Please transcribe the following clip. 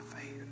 faith